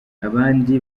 abandi